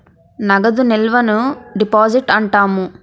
నగదు నిల్వను డిపాజిట్ అంటాము